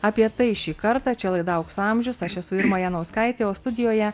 apie tai šį kartą čia laida aukso amžiaus aš esu irma janauskaitė o studijoje